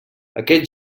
aquest